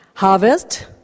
Harvest